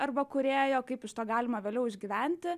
arba kūrėjo kaip iš to galima vėliau išgyventi